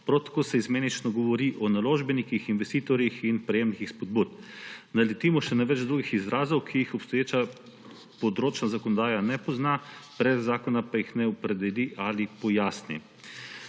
tako se izmenično govori o naložbenikih, investitorjih in prejemnikih spodbud. Naletimo še na več drugih izrazov, ki jih obstoječa področna zakonodaja ne pozna, predlog zakona pa jih ne opredeli ali pojasni.